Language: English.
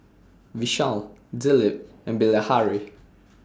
Vishal Dilip and Bilahari